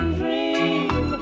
dream